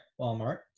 Walmart